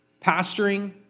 pastoring